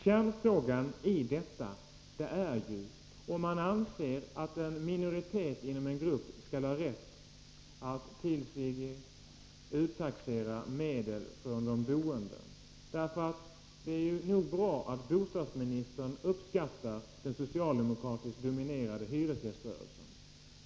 Kärnfrågan i detta är om man anser att en minoritet inom en grupp skall ha rätt att till sig uttaxera medel av de boende. Det är nog bra att bostadsministern uppskattar den socialdemokratiskt dominerade hyresgäströrelsen.